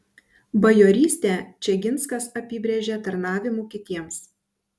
bajorystę čeginskas apibrėžė tarnavimu kitiems